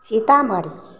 Sitamarhi